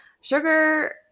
sugar